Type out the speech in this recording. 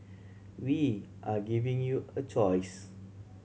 we are giving you a choice